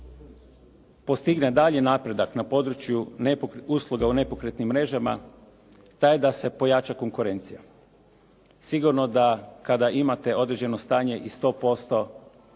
postigne daljnji napredak na području usluga u nepokretnim mrežama taj da se pojača konkurencija. Sigurno da kada imate određeno stanje i 100%